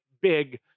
big